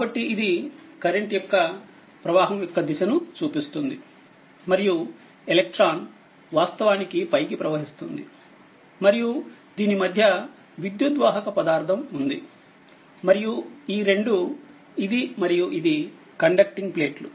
కాబట్టి ఇది కరెంట్ ప్రవాహం యొక్క దిశను చూపిస్తుందిమరియు ఎలక్ట్రాన్వాస్తవానికి పైకి ప్రవహిస్తుంది మరియు దీని మధ్య విద్యుద్వాహక పదార్ధం ఉంది మరియుఈ రెండు ఇది మరియు ఇది కండక్టింగ్ ప్లేట్లు